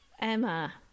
emma